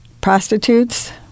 prostitutes